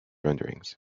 renderings